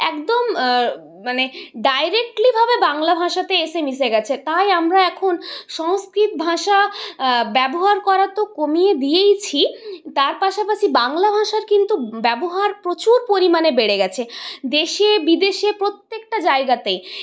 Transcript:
একদম মানে ডায়রেক্টলিভাবে বাংলা ভাষাতে এসে মিশে গেছে তাই আমরা এখন সংস্কৃত ভাষা ব্যবহার করা তো কমিয়ে দিয়েইছি তার পাশাপাশি বাংলা ভাষার কিন্তু ব্যবহার প্রচুর পরিমাণে বেড়ে গেছে দেশে বিদেশে প্রত্যেকটা জায়গাতে